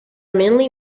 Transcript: mainly